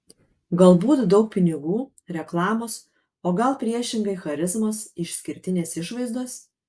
galbūt daug pinigų reklamos o gal priešingai charizmos išskirtinės išvaizdos